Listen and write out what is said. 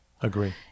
Agree